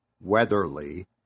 Weatherly